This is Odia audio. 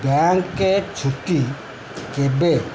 ବ୍ୟାଙ୍କ ଛୁଟି କେବେ